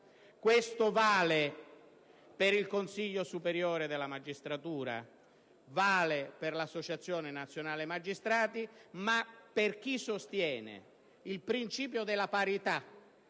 Questo vale per il Consiglio superiore della magistratura e per l'Associazione nazionale magistrati ma, per chi sostiene il principio della parità